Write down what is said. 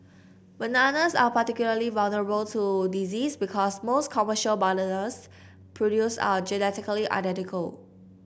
bananas are particularly vulnerable to disease because most commercial bananas produced are genetically identical